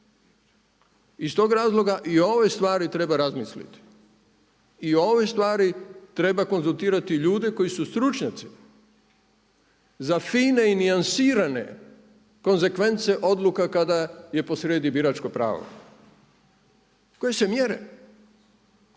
Iz tog razloga i o ovoj stvari treba razmisliti i o ovoj stvari treba konzultirati ljude koji su stručnjaci za fine i nijansiranje konsekvence odluka kada je posrijedi biračko pravo koje se mjere,